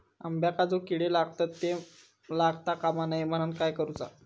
अंब्यांका जो किडे लागतत ते लागता कमा नये म्हनाण काय करूचा?